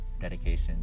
dedication